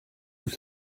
vous